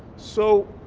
so,